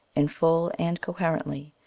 in full and coherently,